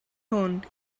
hwn